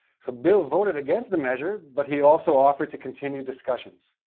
so bill voted against the measure, but he also offered to continue discussions.